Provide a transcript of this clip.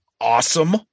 awesome